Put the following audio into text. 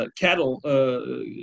Cattle